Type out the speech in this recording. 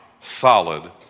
solid